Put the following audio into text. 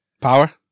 Power